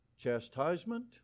chastisement